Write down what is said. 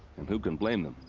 and who can blame them?